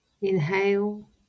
Inhale